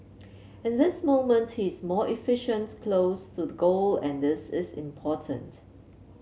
in this moment he is more efficient close to the goal and this is important